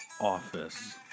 office